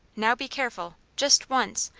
now be careful just once,